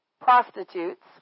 prostitutes